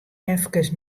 efkes